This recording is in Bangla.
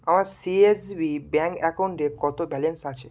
আমার সিএসবি ব্যাঙ্ক অ্যাকাউন্টে কত ব্যালেন্স আছে